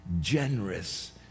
generous